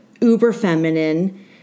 uber-feminine